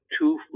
two